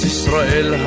Israel